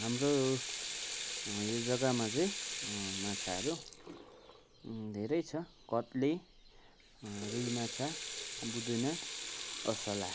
हाम्रो यो जग्गामा चाहिँ माछाहरू धेरै छ कत्ले रुई माछा बुदुना असला